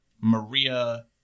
Maria